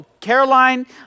Caroline